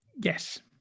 yes